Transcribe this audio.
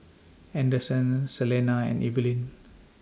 Anderson Celena and Evelin